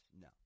No